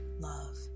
love